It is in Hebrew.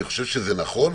אני חושב שזה נכון,